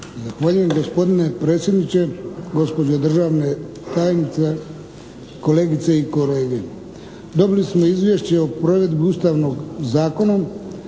Zahvaljujem gospodine predsjedniče, gospođo državne tajnice, kolegice i kolege. Dobili smo izvješće o provedbi ustavnog zakona,